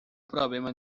problema